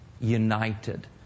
united